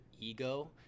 ego